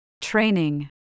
Training